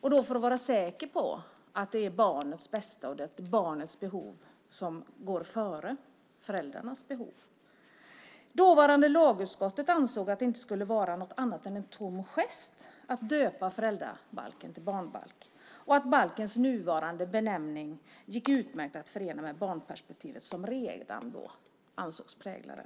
för att man ska vara säker på att barnets bästa och barnets behov går före föräldrarnas behov. Det dåvarande lagutskottet ansåg att det inte skulle vara något annat än en tom gest att döpa föräldrabalken till barnbalk och att balkens nuvarande benämning gick utmärkt att förena med barnperspektivet, som redan då ansågs prägla den.